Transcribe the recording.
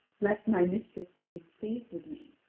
lest my mistress be displeased with me.